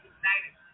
united